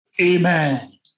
Amen